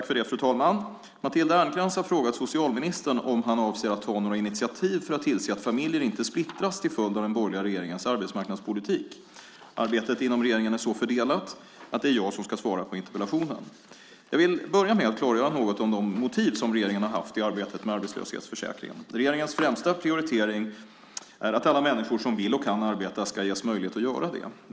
Fru talman! Matilda Ernkrans har frågat socialministern om han avser att ta några initiativ för att tillse att familjer inte splittras till följd av den borgerliga regeringens arbetsmarknadspolitik. Arbetet inom regeringen är så fördelat att det är jag som ska svara på interpellationen. Jag vill börja med att klargöra något om de motiv regeringen har haft i arbetet med arbetslöshetsförsäkringen. Regeringens främsta prioritering är att alla människor som vill och kan arbeta ska ges möjlighet att göra det.